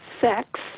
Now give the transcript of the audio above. sex